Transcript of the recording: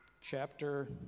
chapter